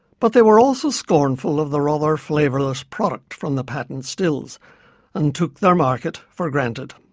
but they were also scornful of the rather flavourless product from the patent stills and took their market for granted.